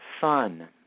fun